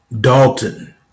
dalton